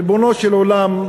ריבונו של עולם,